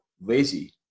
lazy